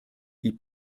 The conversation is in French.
ils